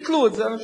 ביטלו את זה.